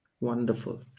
Wonderful